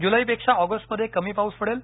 जूलेपेक्षा ऑगस्टमधे कमी पाऊस पडेल